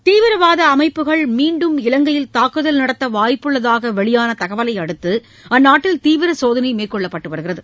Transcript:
தீவிரவாத அமைப்புகள் மீண்டும் இலங்கையில் தாக்குதல் நடத்த வாய்ப்புள்ளதாக வெளியான தகவலை அடுத்து அந்நாட்டில் தீவிர சோதனை மேற்கொள்ளப்பட்டு வருகிறது